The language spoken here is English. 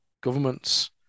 governments